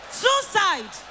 suicide